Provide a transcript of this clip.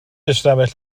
ystafell